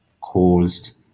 caused